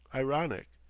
ironic.